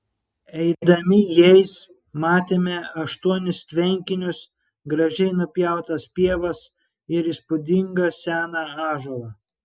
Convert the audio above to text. eidami jais matėme aštuonis tvenkinius gražiai nupjautas pievas ir įspūdingą seną ąžuolą